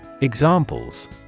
Examples